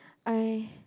I